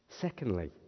Secondly